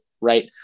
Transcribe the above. right